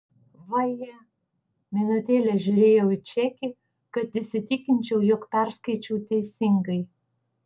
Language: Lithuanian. vaje minutėlę žiūrėjau į čekį kad įsitikinčiau jog perskaičiau teisingai